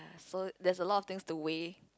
so there's a lot of things to weigh